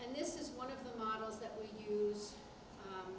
and this is one of the models that we use